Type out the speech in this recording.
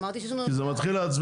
אמרתי שיש לנו --- כי זה מתחיל לעצבן